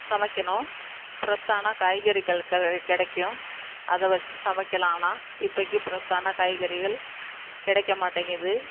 சமைக்கணும் ப்ரெஷ்ஷான காய்கறிகள் க கிடைக்கும் அதை வச்சு சமைக்கலாம் ஆனால் இப்பைக்கி ப்ரெஷ்ஷான காய்கறிகள் கிடைக்க மாட்டேங்கிறது